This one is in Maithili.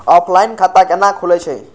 ऑफलाइन खाता कैना खुलै छै?